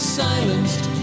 silenced